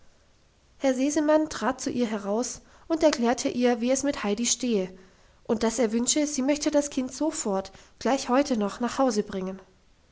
herr sesemann trat zu ihr heraus und erklärte ihr wie es mit heidi stehe und dass er wünsche sie möchte das kind sofort gleich heute noch nach hause bringen